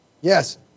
Yes